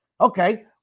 Okay